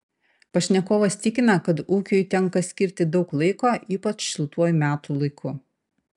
pašnekovas tikina kad ūkiui tenka skirti daug laiko ypač šiltuoju metų laiku